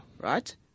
right